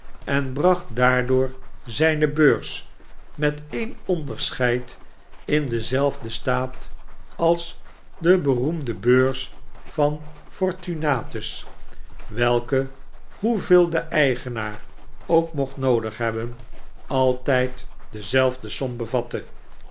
en bracht daardoor zijne beurs met e'en onderscheid in denzelfden staat als de beroemde beurs van fortunatus welke hoeveel de eigenaar ook mocht noodig hebben altijd dezelfde som